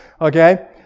Okay